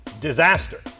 Disaster